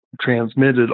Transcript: transmitted